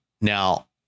now